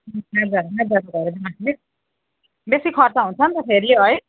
हजुर बेसी खर्च हुन्छ नि त फेरि है